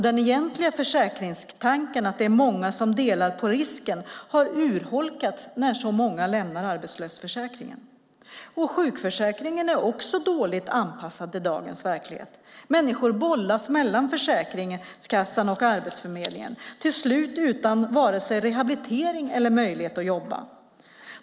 Den egentligen försäkringstanken, att det är många som delar på risken, urholkas när så många lämnar arbetslöshetsförsäkringen. Sjukförsäkringen är också dåligt anpassad till dagens verklighet. Människor bollas mellan Försäkringskassan och Arbetsförmedlingen, till slut utan vare sig rehabilitering eller möjlighet att jobba.